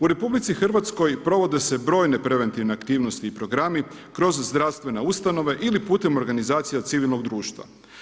U RH provode se brojne preventivne aktivnosti i programi kroz zdravstvene ustanove ili putem organizacije civilnog društva.